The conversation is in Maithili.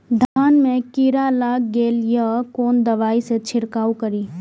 धान में कीरा लाग गेलेय कोन दवाई से छीरकाउ करी?